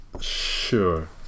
Sure